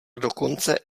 dokonce